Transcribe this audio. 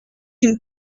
une